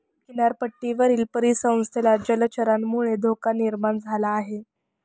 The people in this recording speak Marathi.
किनारपट्टीवरील परिसंस्थेला जलचरांमुळे धोका निर्माण झाला आहे